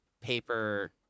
paper